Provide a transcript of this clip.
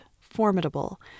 formidable